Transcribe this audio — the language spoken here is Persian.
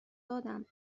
دادم